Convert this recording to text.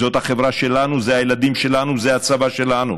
זאת החברה שלנו, אלה הילדים שלנו, זה הצבא שלנו,